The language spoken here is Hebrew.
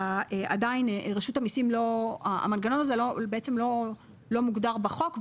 הוא עדיין לא מוגדר בחוק,